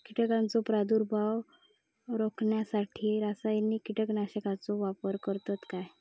कीटकांचो प्रादुर्भाव रोखण्यासाठी रासायनिक कीटकनाशकाचो वापर करतत काय?